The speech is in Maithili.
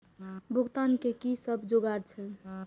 भुगतान के कि सब जुगार छे?